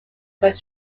pas